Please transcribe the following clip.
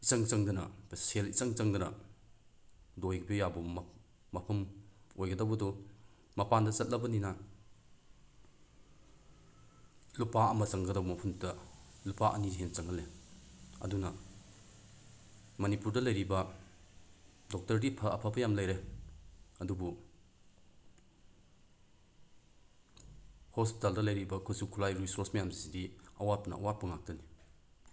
ꯏꯆꯪ ꯆꯪꯗꯅ ꯁꯦꯜ ꯏꯆꯪ ꯆꯪꯗꯅ ꯂꯣꯏꯕ ꯌꯥꯕ ꯃꯐꯝ ꯑꯣꯏꯒꯗꯧꯕꯗꯨ ꯃꯄꯥꯟꯗ ꯆꯠꯂꯕꯅꯤꯅ ꯂꯨꯄꯥ ꯑꯃ ꯆꯪꯒꯗꯕ ꯃꯐꯝꯗꯨꯗ ꯂꯨꯄꯥ ꯑꯅꯤ ꯍꯦꯟꯅ ꯆꯪꯍꯜꯂꯦ ꯑꯗꯨꯅ ꯃꯅꯤꯄꯨꯔꯗ ꯂꯩꯔꯤꯕ ꯗꯣꯛꯇꯔꯗꯤ ꯑꯐꯕ ꯌꯥꯝ ꯂꯩꯔꯦ ꯑꯗꯨꯕꯨ ꯍꯣꯁꯄꯤꯇꯥꯜꯗ ꯂꯩꯔꯤꯕ ꯈꯨꯠꯆꯨ ꯈꯨꯠꯂꯥꯏ ꯔꯤꯁꯣꯔꯁ ꯃꯌꯥꯝꯁꯤꯗꯤ ꯑꯋꯥꯠꯄꯅ ꯑꯋꯥꯠꯄ ꯉꯥꯛꯇꯅꯤ